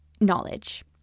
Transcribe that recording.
knowledge